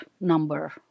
number